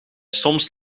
soms